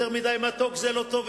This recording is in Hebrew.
יותר מדי מתוק זה לא טוב,